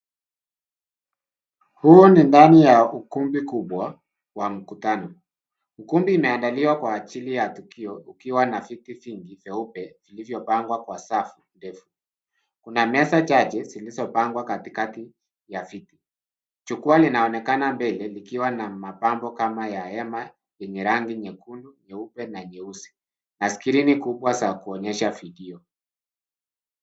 Huu ni ndani ya ukumbi kubwa wa mkutano. Ukumbi imeandaliwa kwa ajili ya tukio, ukiwa na viti vingi vyeupe vilivyopangwa kwa safu ndefu. Kuna meza chache zilizopangwa katikati ya viti. Jukwaa linaonekana mbele likiwa na mapambo kama ya hema yenye rangi nyekundu, nyeupe na nyeusi na skrini kubwa za kuonyesha video.